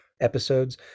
episodes